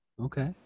Okay